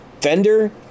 Fender